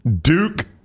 Duke